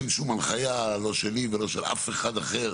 אין שום הנחיה, לא שלי ולא של אף אחד אחר